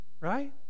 Right